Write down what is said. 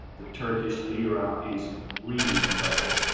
the turkish lira is really in trouble.